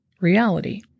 reality